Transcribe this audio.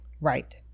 right